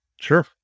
Sure